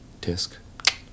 disc